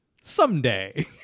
someday